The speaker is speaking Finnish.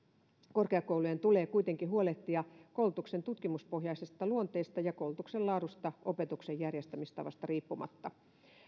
korkeakoulujen tulee kuitenkin huolehtia koulutuksen tutkimuspohjaisesta luonteesta ja koulutuksen laadusta opetuksen järjestämistavasta riippumatta